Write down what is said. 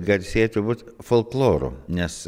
garsėja turbūt folkloru nes